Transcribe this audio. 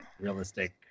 realistic